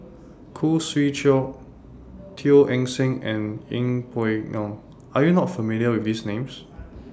Khoo Swee Chiow Teo Eng Seng and Yeng Pway Ngon Are YOU not familiar with These Names